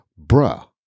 Bruh